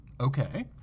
Okay